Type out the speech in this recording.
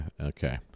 okay